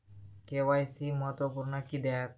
KYC महत्त्वपुर्ण किद्याक?